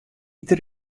piter